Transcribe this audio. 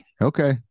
Okay